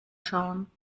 schauen